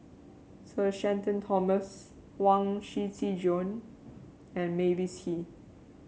Sir Shenton Thomas Huang Shiqi Joan and Mavis Hee